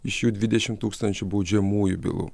iš jų dvidešim tūkstančių baudžiamųjų bylų